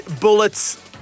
Bullets